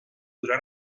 podrà